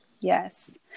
Yes